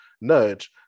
nudge